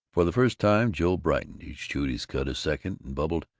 for the first time joe brightened. he chewed his cud a second, and bubbled,